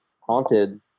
haunted